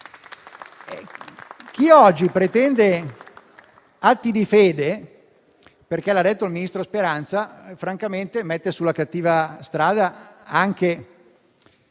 Chi oggi pretende atti di fede, perché lo ha detto il ministro Speranza, mette francamente sulla cattiva strada anche